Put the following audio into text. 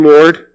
Lord